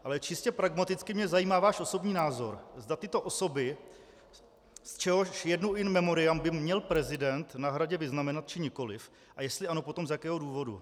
Ale čistě pragmaticky mě zajímá váš osobní názor, zda tyto osoby, z čehož jednu in memoriam, by měl prezident na Hradě vyznamenat, či nikoliv, a jestli ano, tak z jakého důvodu.